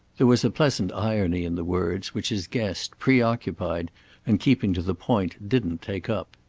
there was a pleasant irony in the words, which his guest, preoccupied and keeping to the point, didn't take up.